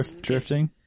Drifting